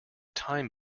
time